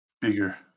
bigger